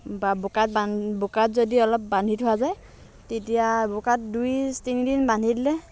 বা বোকাত বান বোকাত যদি অলপ বান্ধি থোৱা যায় তেতিয়া বোকাত দুই তিনিদিন বান্ধি দিলে